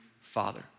father